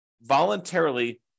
voluntarily